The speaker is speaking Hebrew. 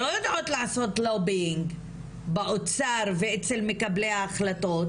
לא יודעות לעשות לובינג באוצר ואצל מקבלי ההחלטות,